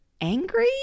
angry